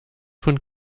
von